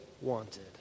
wanted